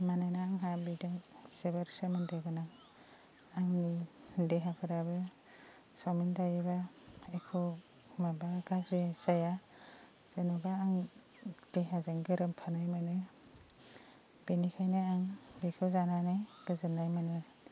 मानोना आंहा बेजों जोबोर सोमोन्दो गोनां आंनि देहाफोराबो चाउमिन जायोबा एख' माबा गाज्रि जाया जेनेबा आं देहाजों गोरोबफानाय मोनो बेनिखायनो आं बेखौ जानानै गोजोननाय मोनो